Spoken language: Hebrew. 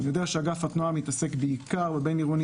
אני יודע שאגף התנועה מתעסק בעיקר בבין-עירוני